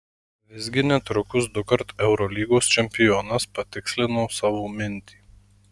visgi netrukus dukart eurolygos čempionas patikslino savo mintį